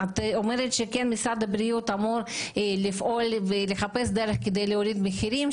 את אומרת שמשרד הבריאות אמור לפעול ולחפש דרך להוריד מחירים,